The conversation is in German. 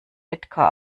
edgar